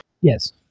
Yes